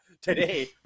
today